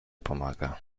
pomaga